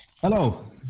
Hello